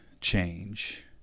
change